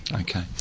Okay